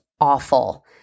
awful